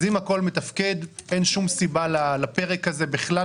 אז אם הכול מתפקד אין שום סיבה לפרק הזה בכלל